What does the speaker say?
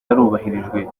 yarubahirijwe